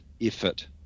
effort